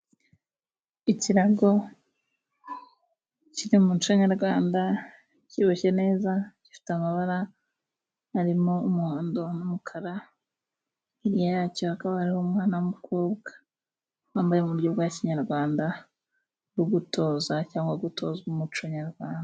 Ikirago kiri mu muco nyarwanda kiboshye neza, gifite amabara arimo umuhondo n'umukara, hirya yacyo hakaba hariho umwana w'umukobwa, wambaye mu buryo bwa kinyarwanda, uri gutoza cyangwa gutozwa umuco nyarwanda.